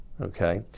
okay